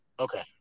Okay